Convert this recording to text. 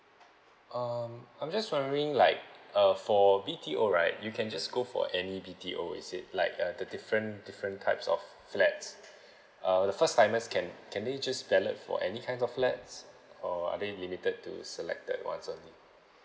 um I'm just wondering like uh for B_T_O right you can just go for any B_T_O is it like uh the different different types of flats uh the first timers can can they just for any kind of flats or are they limited to selected ones only